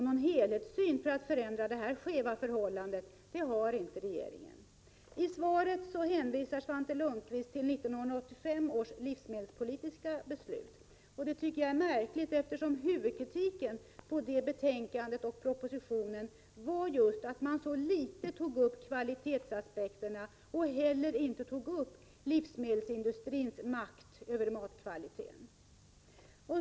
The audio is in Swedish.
Någon helhetssyn för att förändra detta skeva förhållande har inte regeringen. I svaret hänvisar Svante Lundkvist till 1985 års livsmedelspolitiska beslut. Det tycker jag är märkligt, eftersom huvudkritiken mot den propositionen var just att man så litet tog upp kvalitetsaspekterna och inte heller tog upp livsmedelsindustrins makt över matens kvalitet.